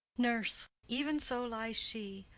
nurse. even so lies she,